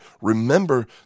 remember